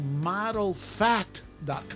Modelfact.com